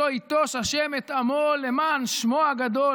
שלא ייטוש השם את עמו למען שמו הגדול.